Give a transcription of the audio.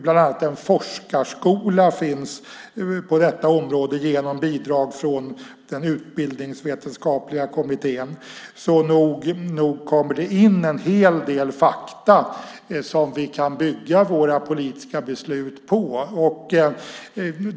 Bland annat finns det en forskarskola på detta område genom bidrag från den utbildningsvetenskapliga kommittén. Nog kommer det alltså in en hel del fakta som vi kan bygga våra politiska beslut på.